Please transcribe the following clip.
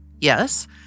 Yes